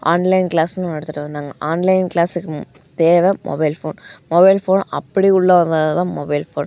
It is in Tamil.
ஆன்லைன் கிளாஸுன்னு ஒன்று எடுத்துகிட்டு வந்தாங்க ஆன்லைன் கிளாஸுக்கு தேவை மொபைல் ஃபோன் மொபைல் ஃபோன் அப்படி உள்ளவங்க தான் மொபைல் ஃபோன்